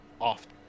often